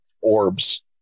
orbs